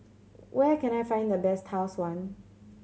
where can I find the best Tau Suan